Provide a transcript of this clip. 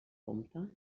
compte